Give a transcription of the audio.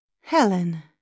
Helen